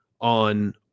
on